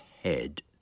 head